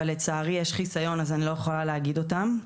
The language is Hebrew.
אבל לצערי יש חיסיון אז אני לא יכולה להגיד אותם.